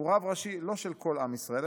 שהוא רב ראשי לא של כל עם ישראל,